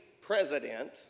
president